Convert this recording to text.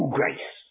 grace